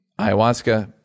ayahuasca